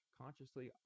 consciously